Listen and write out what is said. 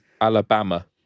Alabama